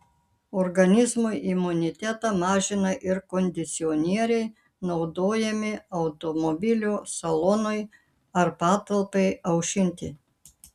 organizmo imunitetą mažina ir kondicionieriai naudojami automobilio salonui ar patalpai aušinti